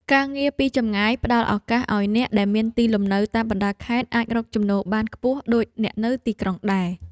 ការងារពីចម្ងាយផ្តល់ឱកាសឱ្យអ្នកដែលមានទីលំនៅតាមបណ្តាខេត្តអាចរកចំណូលបានខ្ពស់ដូចអ្នកនៅទីក្រុងដែរ។